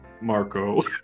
Marco